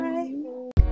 Bye